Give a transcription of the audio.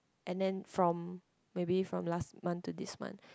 and then from maybe from last month to this month